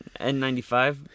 N95